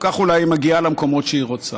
כך אולי היא מגיעה למקומות שהיא רוצה.